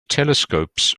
telescopes